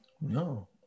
No